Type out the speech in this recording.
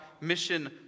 mission